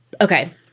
okay